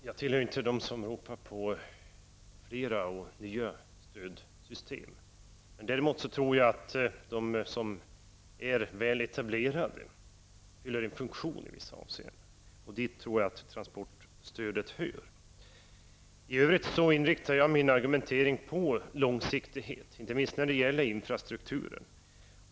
Herr talman! Jag tillhör inte dem som ropar på fler och nya stödsystem. Däremot tror jag att de som är väletablerade fyller en funktion i vissa avseenden. Till dem tror jag att transportstödet hör. I övrigt inriktar jag min argumentering på långsiktighet, inte minst när det gäller infrastrukturen.